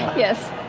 yes.